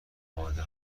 خانواده